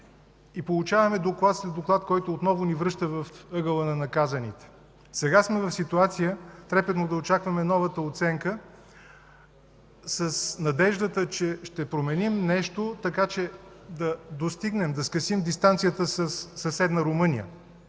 и получаваме доклад след доклад, който отново ни връща в ъгъла на наказаните. В сегашната ситуация – трепетно да очакваме новата оценка, с надеждата, че ще променим нещо така, че да достигнем, да скъсим дистанцията със съседна Румъния.